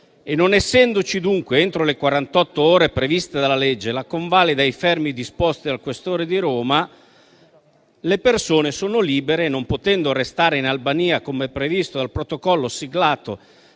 Non essendoci dunque, entro le quarantotto ore previste dalla legge, la convalida dei fermi disposti dal questore di Roma, le persone sono libere e, non potendo restare in Albania, come previsto dal protocollo siglato